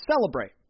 celebrate